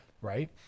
right